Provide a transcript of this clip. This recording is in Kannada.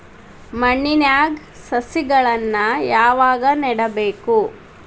ಮಣ್ಣಿನ್ಯಾಗ್ ಸಸಿಗಳನ್ನ ಯಾವಾಗ ನೆಡಬೇಕು?